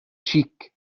cheek